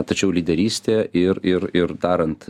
tačiau lyderystė ir ir ir darant